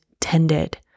tended